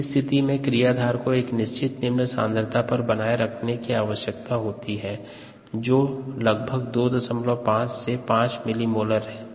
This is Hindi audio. इस स्थिति में क्रियाधार को एक निश्चित निम्न सांद्रता पर बनाए रखने की आवश्यकता होती है जो लगभग 25 से 5 मिलिमोलर है